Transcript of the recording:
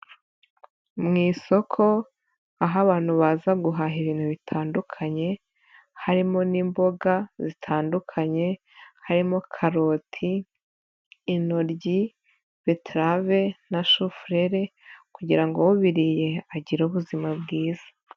Mu isoko aho abantu baza guhaha ibintu bitandukanye, harimo n'imboga zitandukanye, harimo karoti, inoryi, beterave na shufurere kugirango ubiriye agire ubuzima bwiza.